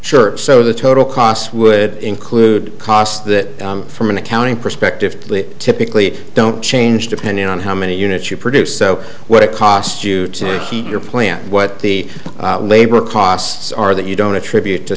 shirt so the total cost would include costs that from an accounting perspective typically don't change depending on how many units you produce so what it cost you to keep your plant what the labor costs are that you don't attribute to